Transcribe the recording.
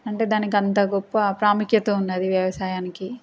అంటే దానికి అంత గొప్ప ప్రాముఖ్యత ఉన్నది వ్యవసాయానికి